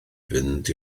fynd